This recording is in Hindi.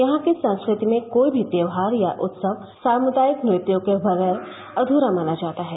यहां की संस्कृति में कोई भी त्याहार या उत्सव सामुदायिक नृत्यों के बगैर अध्यया माना जाता है